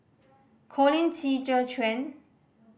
Colin Qi Zhe Quan